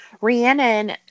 Rhiannon